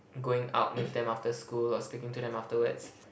going out with them after school or speaking to them afterwards